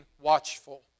watchful